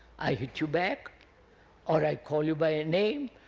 i hit you back or i call you by a name,